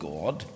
God